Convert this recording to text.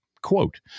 quote